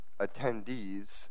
attendees